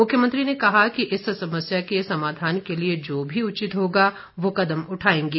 मुख्यमंत्री ने कहा कि इस समस्या के समाधान के लिए जो भी उचित होगा वह कदम उठाएंगे